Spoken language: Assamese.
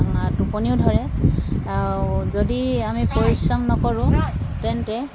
টোপনিও ধৰে আৰু যদি আমি পৰিশ্ৰম নকৰোঁ তেন্তে